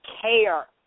care